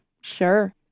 Sure